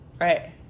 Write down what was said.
right